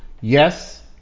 Yes